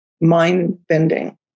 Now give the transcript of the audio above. mind-bending